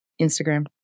Instagram